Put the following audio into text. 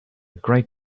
great